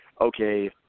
okay